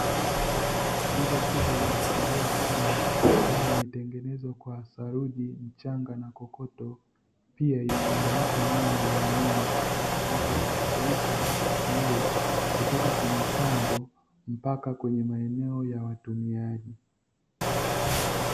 Nguzo kubwa imechimbiwa chini ambayo imetengenezwa kwa saruji, mchanga na kokoto, pia imeunganishwa nyaya za umeme, zinazosafirisha nishati hiyo kutoka kwenye chanzo mpaka kwenye maeneo ya watumiaji.